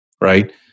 Right